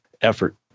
effort